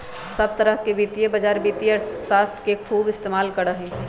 सब तरह के वित्तीय बाजार वित्तीय अर्थशास्त्र के खूब इस्तेमाल करा हई